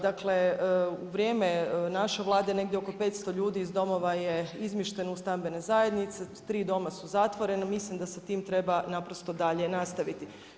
Dakle, u vrijeme naše Vlade negdje oko 500 ljudi iz domova je izmješteno u stambene zajednice, 3 doma su zatvorene, mislim da se tim treba naprosto dalje nastaviti.